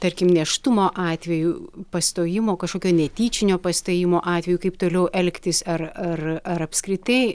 tarkim nėštumo atveju pastojimo kažkokio netyčinio pastojimo atveju kaip toliau elgtis ar ar ar apskritai